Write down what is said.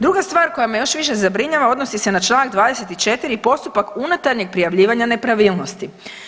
Druga stvar koja me još više zabrinjava odnosi se na čl. 24. postupak unutarnjeg prijavljivanja nepravilnosti.